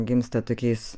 gimsta tokiais